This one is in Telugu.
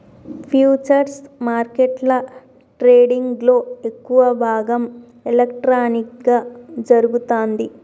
ఫ్యూచర్స్ మార్కెట్ల ట్రేడింగ్లో ఎక్కువ భాగం ఎలక్ట్రానిక్గా జరుగుతాంది